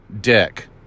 dick